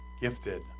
gifted